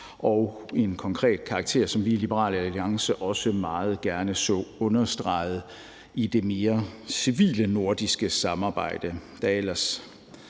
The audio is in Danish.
af en konkret karakter, som vi i Liberal Alliance også meget gerne så understreget i det mere civile nordiske samarbejde,